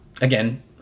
Again